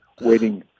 waiting